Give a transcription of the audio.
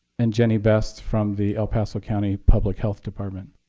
and jenny best from the el paso county public health department.